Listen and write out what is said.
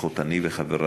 לפחות אני וחברי,